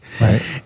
Right